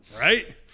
Right